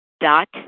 dot